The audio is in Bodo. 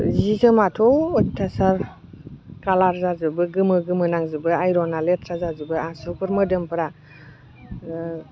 जि जोमाथ' अयथासार कालार जाजोबो गोमो गोमो नांजोबो आइरना लेथ्रा जाजोबो आसुगुर मोदोमफ्रा